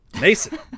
Mason